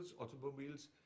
automobiles